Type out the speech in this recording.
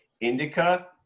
Indica